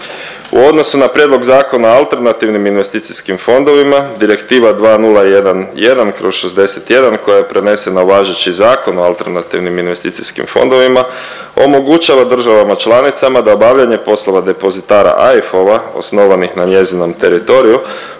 U odnosu na prijedlog Zakona o alternativnim investicijskim fondovima Direktiva 2011/61 koja je prenesena u važeći Zakon o alternativnim investicijskim fondovima omogućava državama članicama da obavljanje poslova depozitara AIF-ova osnovanih na njezinom teritoriju